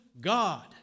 God